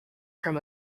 from